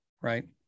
right